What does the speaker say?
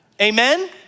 Amen